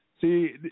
See